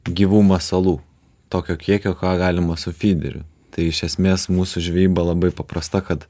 gyvų masalų tokio kiekio ką galima su fideriu tai iš esmės mūsų žvejyba labai paprasta kad